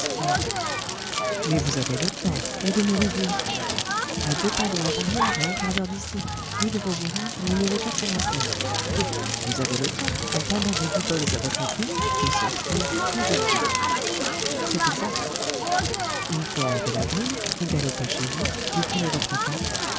mais vous avez le temps où demeurez-vous à deux pas de la barrière à un quart d'heure d'ici rue de vaugirard numéro vous avez le temps en pendant vos guiboles à votre cou de sortir tout de suite c'est exact une fois hors de la grille vous galopez chez vous vous prenez votre carte